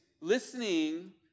listening